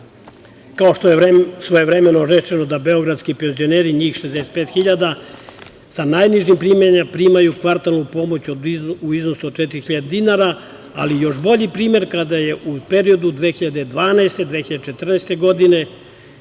što je svojevremeno rečeno da beogradski penzioneri, njih 65.000 sa najnižim primanjima, primaju kvartalnu pomoć u iznosu od 4.000 dinara, ali još bolji primer kada su u periodu 2012. do 2014. godine,